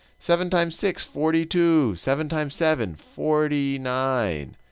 seven times six, forty two. seven times seven, forty nine.